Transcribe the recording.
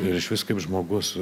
ir išvis kaip žmogus